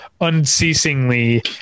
unceasingly